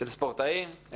של ספורטאים.